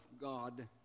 God